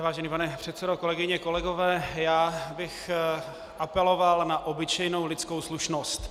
Vážený pane předsedo, kolegyně, kolegové, já bych apeloval na obyčejnou lidskou slušnost.